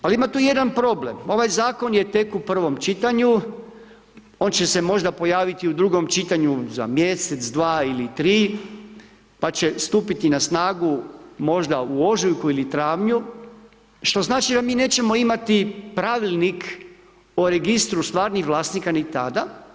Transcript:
Ali ima tu jedan problem, ovaj zakon je tek u prvom čitanju, on će se možda pojaviti u drugom čitanju, za mjesec, dva ili tri, pa će stupiti na snagu, možda u ožujku ili travnju, što znači da mi nećemo imati pravilnik o registru stvarnih vlasnika ni tada.